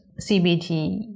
CBT